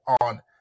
on